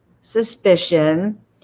suspicion